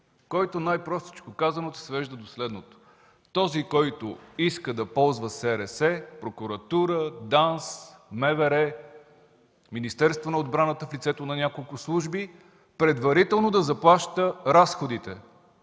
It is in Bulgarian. който, най-простичко казано, се свежда до следното. Този който иска да ползва СРС – Прокуратура, ДАНС, МВР, Министерството на отбраната в лицето на няколко служби, предварително да заплаща разходите